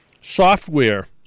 software